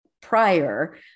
prior